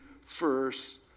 first